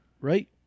right